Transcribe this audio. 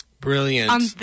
Brilliant